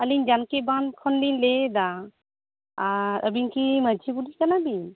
ᱟᱞᱤᱧ ᱡᱟᱱᱠᱤ ᱵᱟᱸᱫ ᱠᱷᱚᱱ ᱞᱤᱧ ᱞᱟᱹᱭᱮᱫᱟ ᱟᱹᱵᱤᱱ ᱠᱤ ᱢᱟᱹᱡᱷᱤ ᱵᱩᱰᱷᱤ ᱠᱟᱱᱟ ᱵᱤᱱ